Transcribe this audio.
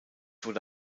wurde